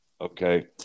okay